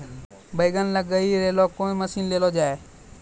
बैंगन लग गई रैली कौन मसीन ले लो जाए?